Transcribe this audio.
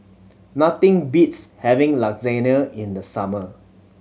nothing beats having Lasagne in the summer